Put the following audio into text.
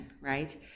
right